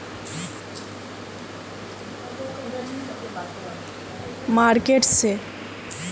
मोक अपना सोनार गहनार पोर ऋण कुनियाँ से मिलवा सको हो?